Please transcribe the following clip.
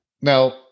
Now